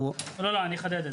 אני אחדד את זה.